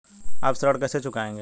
आप ऋण कैसे चुकाएंगे?